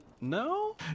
no